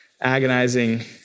agonizing